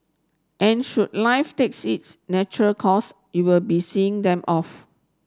and should life takes its natural course you'll be seeing them off